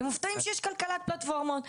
אתם מופתעים שיש כלכלת פלטפורמות,